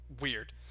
weird